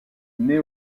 naît